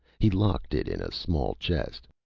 he locked it in a small chest.